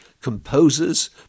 composers